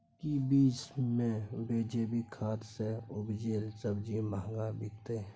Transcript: की बजार मे जैविक खाद सॅ उपजेल सब्जी महंगा बिकतै?